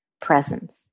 presence